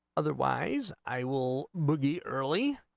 otherwise i will move the early